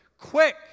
Quick